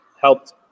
helped